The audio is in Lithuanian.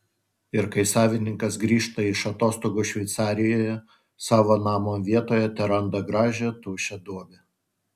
ir kai savininkas grįžta iš atostogų šveicarijoje savo namo vietoje teranda gražią tuščią duobę